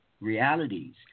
realities